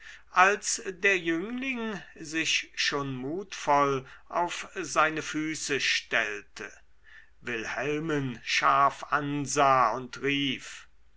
als der jüngling sich schon mutvoll auf seine füße stellte wilhelmen scharf ansah und rief